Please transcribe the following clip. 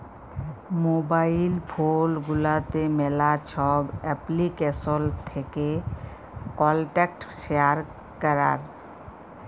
mobile phone গুলাতে ম্যালা ছব এপ্লিকেশল থ্যাকে কল্টাক্ট শেয়ার ক্যরার